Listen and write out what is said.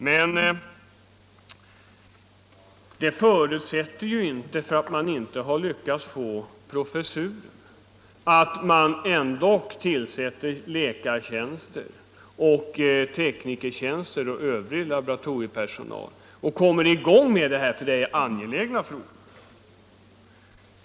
Men detta att man inte har lyckats få någon professor tilsatt hindrar ju inte att man besätter läkaroch teknikertjänster samt anställer övrig laboratoriepersonal och kommer i gång med verksamheten! Här gäller det ju ytterst angelägna frågor.